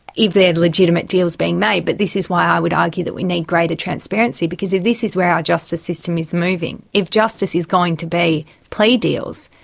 if they're legitimate deals being made, but this is why i would argue that we need greater transparency, because if this is where our justice system is moving, if justice is going to be plea deals,